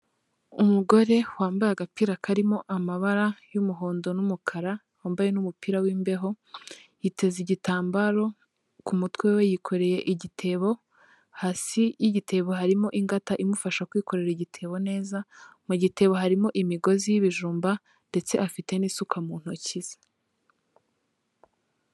Umugore wambaye agapira karimo amabara y'umuhondo n'umukara, wambaye n'umupira w'imbeho yiteze igitambaro, ku mutwe we yikoreye igitebo hasi y'igitebo harimo ingata imufasha kwikorera igitebo neza, mu gitebo harimo imigozi y'ibijumba ndetse afite n'isuka mu ntoki ze.